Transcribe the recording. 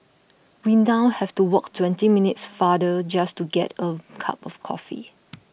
we now have to walk twenty minutes farther just to get a cup of coffee